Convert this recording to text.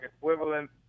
equivalent